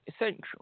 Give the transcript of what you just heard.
essential